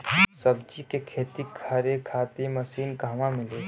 सब्जी के खेती करे खातिर मशीन कहवा मिली?